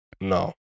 No